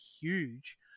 huge